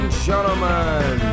gentlemen